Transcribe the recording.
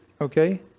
okay